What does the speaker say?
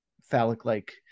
phallic-like